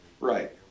Right